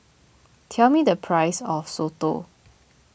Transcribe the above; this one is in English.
tell me the price of Soto